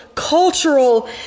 cultural